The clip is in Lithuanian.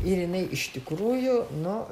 ir jinai iš tikrųjų nu